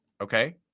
okay